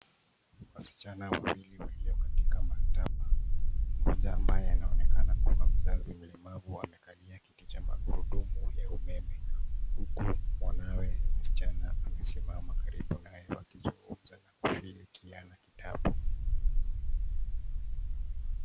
Wasichana wawili wakiwa katika maktaba mmoja ambaye anaonekana kuwa mzazi mlemavu amekalia kiti cha magurudumu ya umeme huku mwanawe msichana amesimama karibu naye wakizungumza na kushirikiana kitabu.